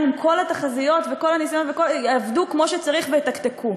אם כל התחזיות וכל הניסיונות יעבדו כמו שצריך ויתקתקו.